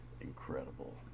incredible